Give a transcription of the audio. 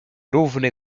równy